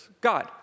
God